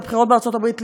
בבחירות בארצות-הברית,